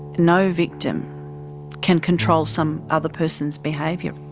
no victim can control some other person's behaviour.